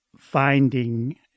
finding